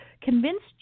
convinced